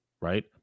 right